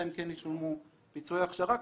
אלא אם ישלמו פיצויי הכשרה,